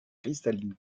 cristalline